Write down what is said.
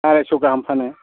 आरायस' गाहाम फानो